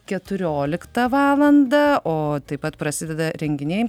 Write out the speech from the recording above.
keturioliktą valandą o taip pat prasideda renginiai